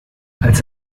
als